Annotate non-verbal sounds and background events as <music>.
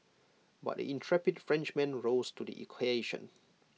but the intrepid Frenchman rose to the <unintelligible>